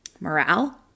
morale